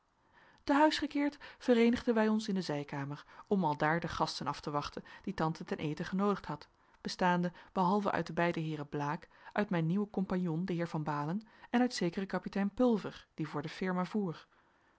te huis gekeerd vereenigden wij ons in de zijkamer om aldaar de gasten af te wachten die tante ten eten genoodigd had bestaande behalve uit de beide heeren blaek uit mijn nieuwen compagnon den heer van baalen en uit zekeren kapitein pulver die voor de firma voer